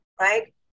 right